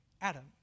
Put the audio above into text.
Adam